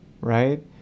right